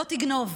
"לא תגנֹב"